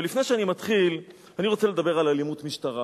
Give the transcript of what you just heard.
אבל לפני שאני מתחיל אני רוצה לדבר על אלימות משטרה.